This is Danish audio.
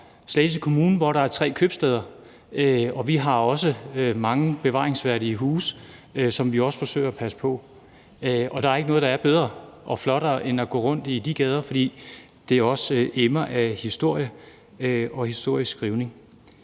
Slagelse Kommune, hvor der er tre købstæder, og vi har også mange bevaringsværdige huse, som vi forsøger at passe på, og der er ikke noget, der er bedre og flottere end at gå rundt i de gader, fordi det også emmer af historie og historieskrivning.